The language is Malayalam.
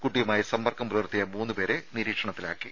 കുട്ടിയുമായി സമ്പർക്കം പുലർത്തിയ മൂന്നുപേരെ നിരീക്ഷണത്തിലാക്കി